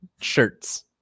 shirts